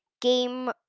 Game